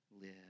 live